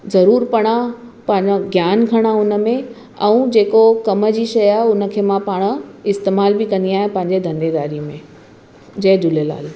ज़रूरु पढ़ां पंहिंजो ज्ञानु खणां उन में ऐं जेको कम जी शइ आहे उनखे मां पाण इस्तेमालु बि कंदी आहियां पंहिंजे धंधे धारी में जय झूलेलाल